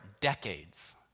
decades